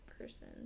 person